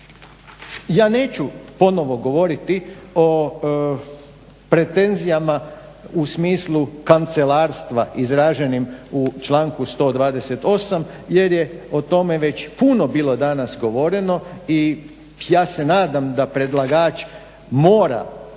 Ja neću ponovo govoriti o pretenzijama u smislu kancelarstva izraženim u članku 128. jer je o tome već puno bilo danas govoreno i ja se nadam da predlagač mora